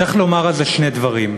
צריך לומר על זה שני דברים: